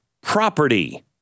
property